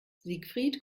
siegfried